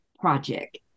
Project